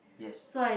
yes